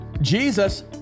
Jesus